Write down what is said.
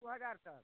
दू हजार छै